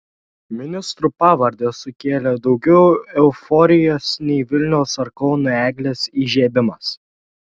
ministrų pavardės sukėlė daugiau euforijos nei vilniaus ar kauno eglės įžiebimas